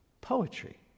poetry